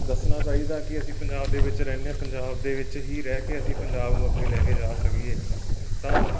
ਦੱਸਣਾ ਚਾਹੀਦਾ ਕਿ ਅਸੀਂ ਪੰਜਾਬ ਦੇ ਵਿੱਚ ਰਹਿੰਦੇ ਹਾਂ ਪੰਜਾਬ ਦੇ ਵਿੱਚ ਹੀ ਰਹਿ ਕੇ ਅਸੀਂ ਪੰਜਾਬ ਨੂੰ ਅੱਗੇ ਲੈ ਕੇ ਜਾ ਸਕੀਏ ਤਾਂ